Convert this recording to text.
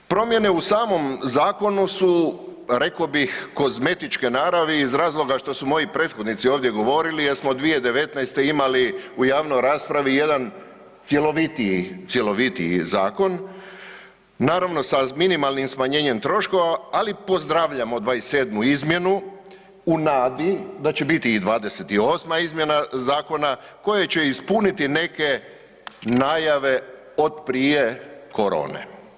Promjene u samom zakonu su rekao bih kozmetičke naravi iz razloga što su moji prethodnici ovdje govorili jer smo 2019. imali u javnoj raspravi jedan cjelovitiji, cjelovitiji zakon naravno sa minimalnim smanjenjem troškova, ali pozdravljamo 27 izmjenu u nadi da će biti i 28 izmjena zakona koja će ispuniti neke najave od prije korone.